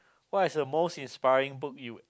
what's the most inspiring book you would